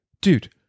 dude